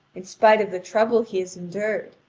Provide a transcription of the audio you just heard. in spite of the trouble he has endured,